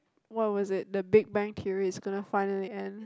what was it the Big Bang Theory is gonna finally end